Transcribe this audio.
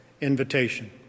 invitation